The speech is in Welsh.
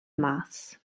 mas